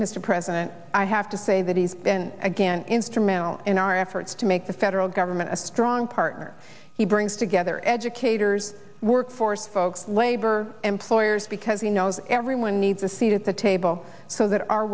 mr president i have to say that he's been again instrumental in our efforts to make the federal government a strong partner he brings together educators workforce folks labor employers because he knows everyone needs a seat at the table so that our